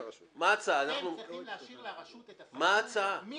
------ אתם צריכים להשאיר לרשות את ה -- -מי